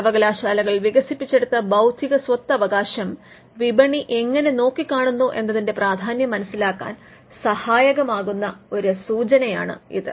സർവ്വകലാശാലകൾ വികസിപ്പിച്ചെടുത്ത ബൌദ്ധിക സ്വത്തവകാശം വിപണി എങ്ങെനെ നോക്കി കാണുന്നു എന്നതിന്റെ പ്രാധാന്യം മനസിലാക്കാൻ സഹായകമാകുന്ന ഒരു സൂചനയാണിത്